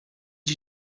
you